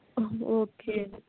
okay